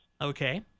Okay